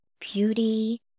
beauty